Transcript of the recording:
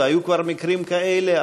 והיו כבר מקרים כאלה,